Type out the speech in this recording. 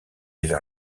vers